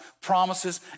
promises